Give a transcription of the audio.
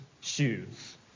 shoes